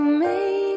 make